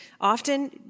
Often